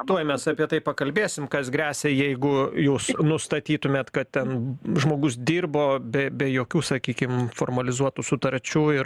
tuoj mes apie tai pakalbėsim kas gresia jeigu jūs nustatytumėt kad ten žmogus dirbo be be jokių sakykim formalizuotų sutarčių ir